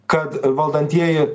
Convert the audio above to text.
kad valdantieji